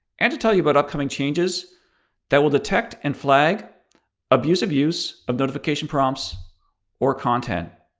and to tell you about upcoming changes that will detect and flag abusive use of notification prompts or content.